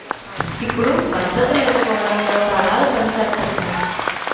ఇప్పుడు భద్రత లేకపోవడంతో దళాలు పనిసేతున్నాయి